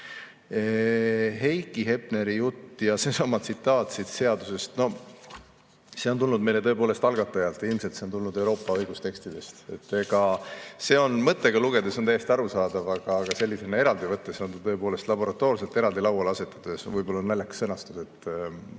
Heiki Hepneri jutt ja seesama tsitaat siit seadusest. No see on tulnud meile tõepoolest algatajalt ja ilmselt see on tulnud Euroopa õigustekstidest. See on mõttega lugedes täiesti arusaadav, aga sellisena eraldi võttes, tõepoolest, laboratoorselt eraldi lauale asetades on sellel võib-olla naljakas sõnastus. Ma